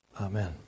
Amen